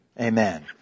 Amen